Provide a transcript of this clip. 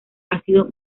ácido